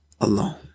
alone